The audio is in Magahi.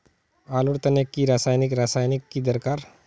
आलूर तने की रासायनिक रासायनिक की दरकार?